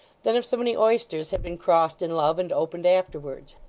than if so many oysters had been crossed in love and opened afterwards.